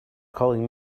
calling